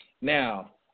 Now